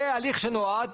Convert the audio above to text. זה הליך שנועד